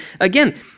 again